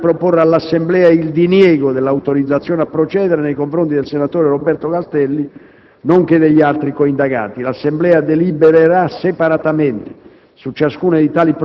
ha deliberato di proporre all'Assemblea il diniego dell'autorizzazione a procedere nei confronti del senatore Roberto Castelli nonché degli altri coindagati. L'Assemblea delibererà separatamente